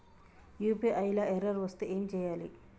UPI లా error వస్తే ఏం చేయాలి?